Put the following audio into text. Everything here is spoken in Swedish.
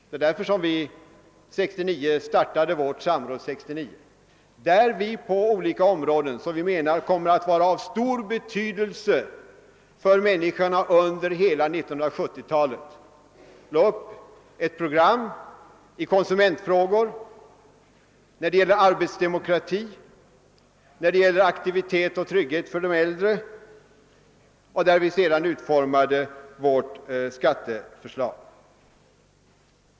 Det var därför som vi förra året startade Samråd 69, där vi lade upp program på olika områden, som vi menar kommer att ha stor betydelse för människorna under hela 1970-talet. Vi gick in på konsumentfrågor, arbetsplatsdemokrati samt aktivitet och trygghet för de äldre. Vi utarbetade också vårt skatteprogram.